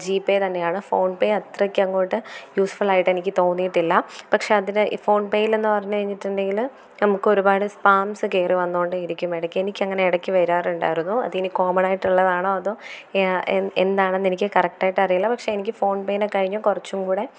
GPay തന്നെയാണ് PhonePe അത്രയ്ക്കങ്ങോട്ട് യൂസ്ഫുള്ളായിട്ട് എനിക്ക് തോന്നിയിട്ടില്ല പക്ഷെ അതിൽ ഫോൺപേയിലെന്ന് പറഞ്ഞുകഴിഞ്ഞിട്ടുണ്ടെങ്കിൽ നമുക്കൊരുപാട് സ്പാംസൊക്കെ ഇതിൽ വന്നുകൊണ്ടേയിരിക്കും ഇടയ്ക്ക് എനിക്ക് അങ്ങനെ ഇടയ്ക്ക് വരാറുണ്ടായിരുന്നു അതിനി കോമണായിട്ടുള്ളതാണോ അതോ എന്താണെന്നെനിക്ക് കറക്റ്റായിട്ടറിയില്ല പക്ഷെ ഫോൺപേയിനെക്കഴിഞ്ഞും കുറച്ചുംകൂടെ